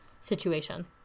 situation